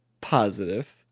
Positive